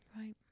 Right